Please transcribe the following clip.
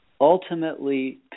ultimately